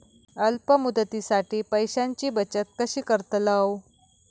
अल्प मुदतीसाठी पैशांची बचत कशी करतलव?